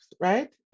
right